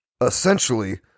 Essentially